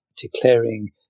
declaring